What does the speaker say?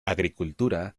agricultura